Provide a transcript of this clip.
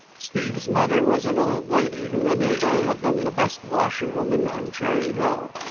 steve's mother was an old lady who in her day had been the best washerwoman on cherry hill.